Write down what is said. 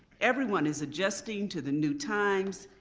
everyone is adjusting to the new times.